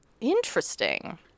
Interesting